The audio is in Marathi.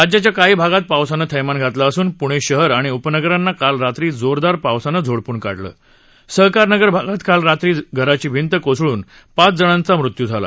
राज्याच्या काही भागात पावसानं थैमान घातलं असून पुणे शहर आणि उपनगरांना काल रात्री जोरदार पावसानं झोडपून काढलं सहकारनगर भागात काल रात्री घराची भिंत कोसळून पाच जणांचा मृत्यू झाला